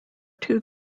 two